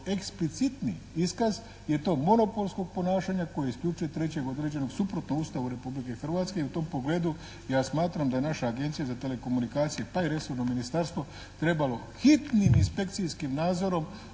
eksplicitni iskaz je to monopolskog ponašanja koje isključuje trećeg određenog suprotno Ustavu Republike Hrvatske. I u tom pogledu ja smatram da je naša Agencija za telekomunikacije pa i resorno ministarstvo trebalo hitnim inspekcijskim nadzorom